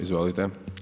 Izvolite.